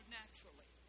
naturally